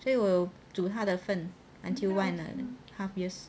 所以我有煮他的份 until one and a half years